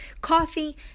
coffee